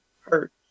hurt